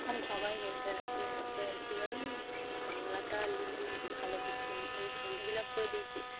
আরে সবাই বলছে নাকি হচ্ছে কি বলে বাংলাটা নিলে নাকি ভালো করতাম আমি ফর্মটা ফিল আপ করে দিয়েছি